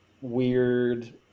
weird